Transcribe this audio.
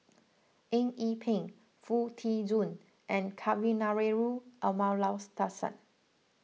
Eng Yee Peng Foo Tee Jun and Kavignareru Amallathasan